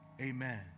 Amen